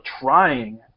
trying